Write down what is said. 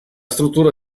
struttura